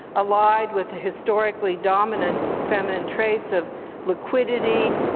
allied with the historically dominant feminine traits of liquidity,